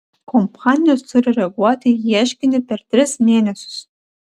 kompanijos turi reaguoti į ieškinį per tris mėnesius